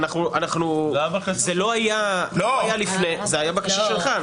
זאת בקשה שלך.